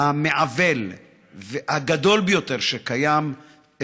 המעוול הגדול ביותר שקיים,